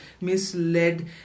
misled